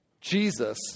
Jesus